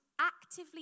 actively